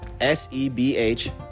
S-E-B-H